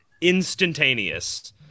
instantaneous